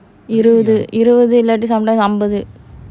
இருவது இருவது இல்லாட்டி:iruvathu iruvathu illati sometimes அம்பது:ambathu